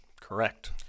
Correct